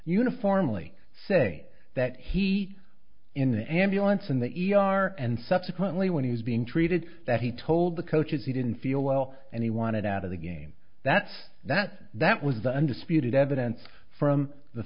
uniformly say that he in the ambulance in the e r and subsequently when he was being treated that he told the coaches he didn't feel well and he wanted out of the game that's that that was the undisputed evidence from the